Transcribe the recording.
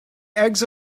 eggs